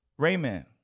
Rayman